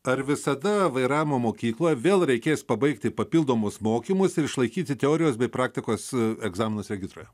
ar visada vairavimo mokykloje vėl reikės pabaigti papildomus mokymus ir išlaikyti teorijos bei praktikos egzaminus regitroje